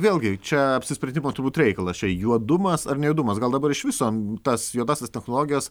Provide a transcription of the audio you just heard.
vėlgi čia apsisprendimo turbūt reikalas čia juodumas ar ne juodumas gal dabar iš viso tas juodąsias technologijas